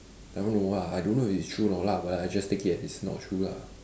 I don't know ah I don't know if it's true or not lah but I just take as it's not true lah